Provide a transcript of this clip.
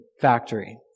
factory